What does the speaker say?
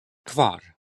kvar